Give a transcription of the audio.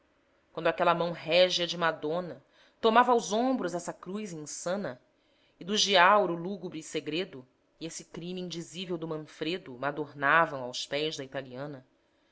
quando aquela mão régia de madona tomava aos ombros essa cruz insana e do giaour o lúgubre segredo e esse crime indizível do manfredo madornavam aos pés da italiana